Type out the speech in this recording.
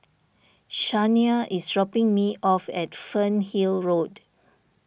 Shania is dropping me off at Fernhill Road